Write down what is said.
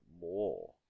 more